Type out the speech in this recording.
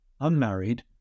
unmarried